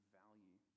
value